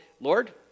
lord